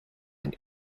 and